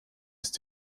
ist